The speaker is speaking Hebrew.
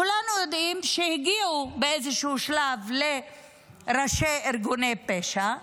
כולנו יודעים שהגיעו באיזשהו שלב לראשי ארגוני פשע.